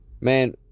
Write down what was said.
man